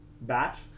Batch